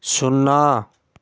ଶୂନ